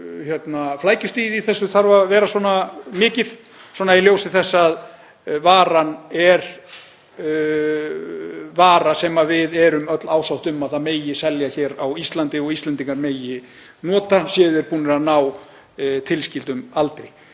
flækjustigið þarf að vera svona mikið í ljósi þess að þetta er vara sem við erum öll ásátt um að megi selja hér á Íslandi og Íslendingar megi nota, séu þeir búnir að ná tilskildum aldri.